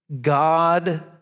God